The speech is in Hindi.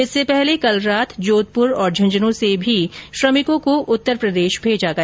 इससे पहले कल रात जोधपुर और झुंझुनूं से भी श्रमिकों को उत्तरप्रदेश भेजा गया